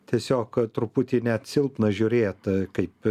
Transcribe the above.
tiesiog truputį net silpna žiūrėt kaip